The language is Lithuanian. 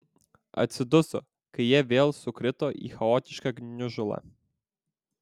atsiduso kai jie vėl sukrito į chaotišką gniužulą